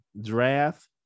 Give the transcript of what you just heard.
draft